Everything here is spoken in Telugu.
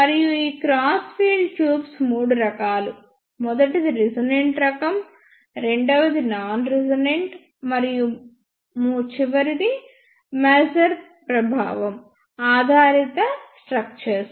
మరియు ఈ క్రాస్డ్ ఫీల్డ్ ట్యూబ్స్ మూడు రకాలు మొదటిది రెసోనెంట్ రకం రెండవది నాన్ రెసోనెంట్ మరియు చివరిది మాజర్ ప్రభావం ఆధారిత స్ట్రక్చర్స్